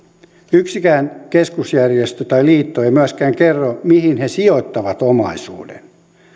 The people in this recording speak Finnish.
yksikään keskusjärjestö tai liitto ei myöskään kerro mihin he sijoittavat omaisuuden